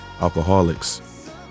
alcoholics